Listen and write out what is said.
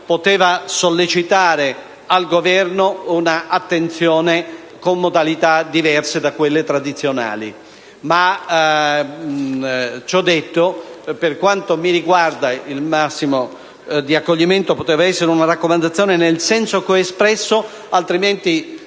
potuto sollecitare il Governo ad un'attenzione con modalità diverse da quelle tradizionali. Ma, ciò detto, per quanto mi riguarda, il massimo di accoglimento poteva essere una raccomandazione nel senso che ho espresso; altrimenti,